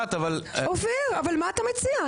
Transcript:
אופיר, מה אתה מציע?